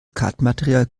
kartenmaterial